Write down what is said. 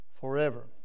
forever